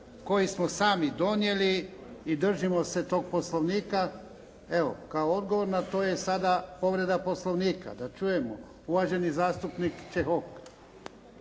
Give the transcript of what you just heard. koji smo sami donijeli i držimo se tog Poslovnika. Evo, kao odgovor na to je sada povreda Poslovnika. Da čujemo. Uvaženi zastupnik Čehok.